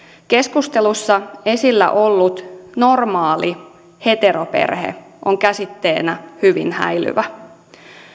keskustelussa esillä ollut normaali heteroperhe on käsitteenä hyvin häilyvä